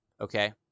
okay